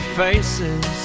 faces